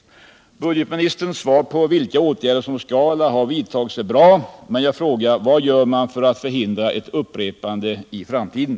Budgetministerns svar på frågan vilka åtgärder som skall vidtas — eller har vidtagits — är bra. Men jag frågar: Vad gör man för att förhindra ett upprepande i framtiden?